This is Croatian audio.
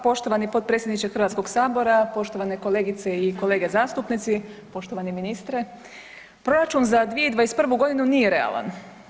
Poštovani potpredsjedniče Hrvatskog sabora, poštovane kolegice i kolege zastupnici, poštovani ministre, proračun za 2021. godinu nije realan.